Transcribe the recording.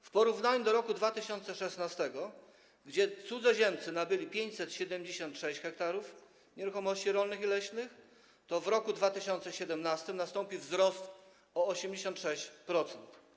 W porównaniu z rokiem 2016, kiedy cudzoziemcy nabyli 576 ha nieruchomości rolnych i leśnych, w roku 2017 nastąpił wzrost o 86%.